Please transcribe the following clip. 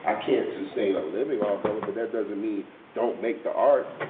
ah can't sustain a living off of it but that doesn't mean don't make the art.